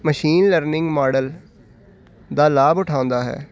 machine learning model ਦਾ ਲਾਭ ਉਠਾਉਂਦਾ ਹੈ